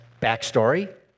backstory